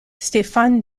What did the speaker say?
stéphane